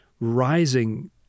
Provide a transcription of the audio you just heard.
rising